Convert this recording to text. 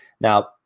Now